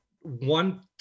one